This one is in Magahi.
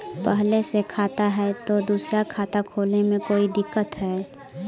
पहले से खाता है तो दूसरा खाता खोले में कोई दिक्कत है?